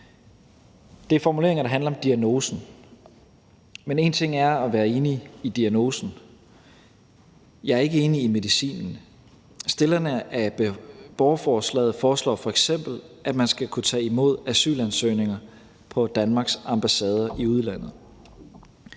Det er formuleringer, der handler om diagnosen, men én ting er at være enig i diagnosen. Jeg er ikke enig i medicinen. Stillerne af borgerforslaget foreslår f.eks., at man skal kunne tage imod asylansøgninger på Danmarks ambassade i udlandet.